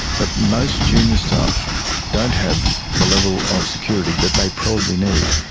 but most junior staff don't have the level of security that they probably need.